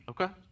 Okay